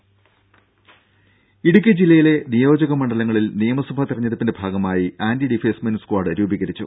ദേദ ഇടുക്കി ജില്ലയിലെ നിയോജക മണ്ഡലങ്ങളിൽ നിയമസഭാ തിരഞ്ഞെടുപ്പിന്റെ ഭാഗമായി ആന്റി ഡിഫേസ്മെന്റ് സ്ക്വാഡ് രൂപീകരിച്ചു